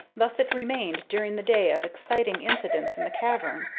thus it remained during the day of exciting incidents in the cavern,